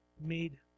made